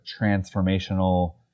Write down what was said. transformational